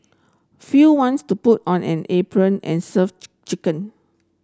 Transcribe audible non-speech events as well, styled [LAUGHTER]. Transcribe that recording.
few wants to put on an apron and serve [UNINTELLIGIBLE] chicken